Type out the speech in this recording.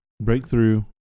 Breakthrough